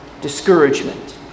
discouragement